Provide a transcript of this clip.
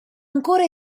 ancora